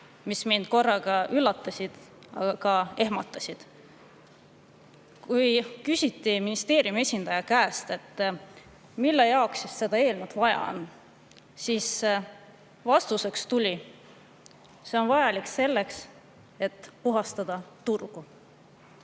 mis mind korraga nii üllatasid kui ka ehmatasid. Kui küsiti ministeeriumi esindaja käest, mille jaoks seda eelnõu vaja on, siis vastuseks tuli, et see on vajalik selleks, et puhastada turgu.